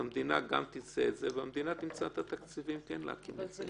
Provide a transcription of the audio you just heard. המדינה תעשה את זה והמדינה תמצא תקציבים להקים את זה.